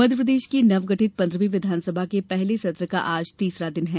मध्यप्रदेश की नवगठित पंद्रहवी विधानसभा के पहले सत्र का आज तीसरा दिन है